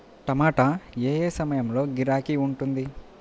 టమాటా ఏ ఏ సమయంలో గిరాకీ ఉంటుంది?